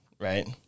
Right